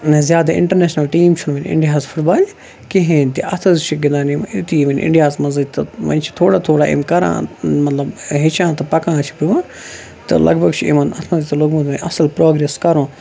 نہ زیادٕ international team چھُنہٕ وُنہِ اِنٛڈیا ہَس فُٹ بالہِ کِہیٖنۍ تہِ اَتھ حظ چھِ گِنٛدان یِم ٹیٖم وٕنہِ اِنٛڈیا ہَس منٛزٕے تہٕ وۄنۍ چھِ تھوڑا تھوڑا یِم کَران مَطلب ہیچھان تہٕ پَکان چھِ بُرونٛہہ تہٕ لگ بگ چھِ یِمن اَتھ منٛز تہِ لوگمُت وۄنۍ اَصٕل پراگریٚس کَرُن